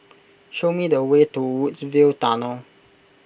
show me the way to Woodsville Tunnel